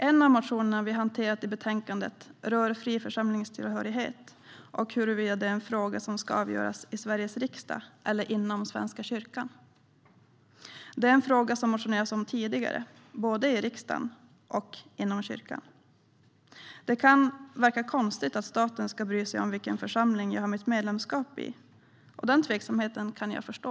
En av motionerna i betänkandet rör fri församlingstillhörighet och huruvida det är en fråga som ska avgöras i Sveriges riksdag eller inom Svenska kyrkan. Det är en fråga som det har väckts motioner om tidigare både i riksdagen och inom kyrkan. Det kan verka konstigt att staten ska bry sig om vilken församling jag har mitt medlemskap i. Den tveksamheten kan jag förstå.